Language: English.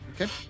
Okay